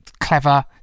clever